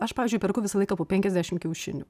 aš pavyzdžiui perku visą laiką po penkiasdešimt kiaušinių